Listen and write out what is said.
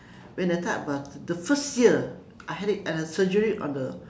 when that time was the first year I had it a surgery on the